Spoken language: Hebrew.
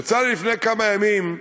יצא לי לפני כמה ימים,